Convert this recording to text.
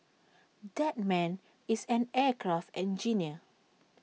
that man is an aircraft engineer